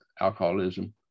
alcoholism